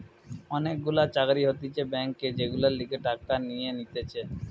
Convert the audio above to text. অনেক গুলা চাকরি হতিছে ব্যাংকে যেগুলার লিগে টাকা নিয়ে নিতেছে